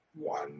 one